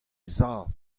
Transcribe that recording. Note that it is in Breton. sav